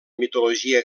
mitologia